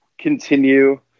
continue